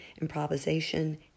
improvisation